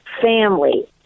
Family